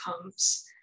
comes